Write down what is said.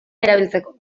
erabiltzeko